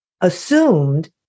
assumed